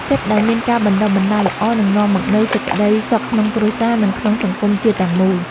ចិត្តដែលមានការបណ្តុះបណ្តាលល្អនឹងនាំមកនូវសេចក្តីសុខក្នុងគ្រួសារ និង ក្នុងសង្គមជាតិទាំងមូល។